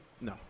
No